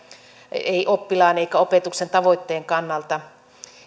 ei oppilaan eikä opetuksen tavoitteen kannalta